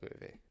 movie